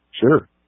sure